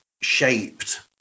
shaped